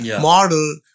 model